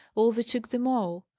overtook them all.